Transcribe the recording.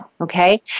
Okay